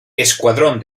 escuadrón